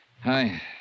Hi